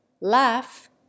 laugh